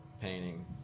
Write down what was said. painting